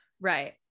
Right